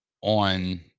on